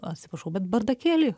atsiprašau bet bardakėlį